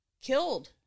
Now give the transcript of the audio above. killed